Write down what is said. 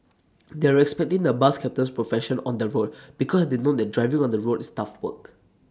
they're respecting the bus captain's profession on the road because had they know that driving on the road is tough work